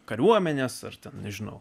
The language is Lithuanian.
kariuomenės ar ten nežinau